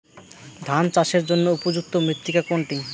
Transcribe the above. ধান চাষের জন্য উপযুক্ত মৃত্তিকা কোনটি?